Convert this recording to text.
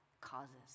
causes